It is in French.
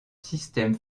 système